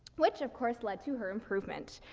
which, of course, led to hear improvement.